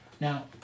Now